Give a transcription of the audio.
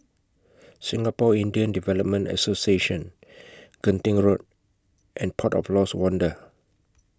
Singapore Indian Development Association Genting Road and Port of Lost Wonder